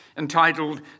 Entitled